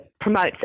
promotes